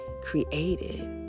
created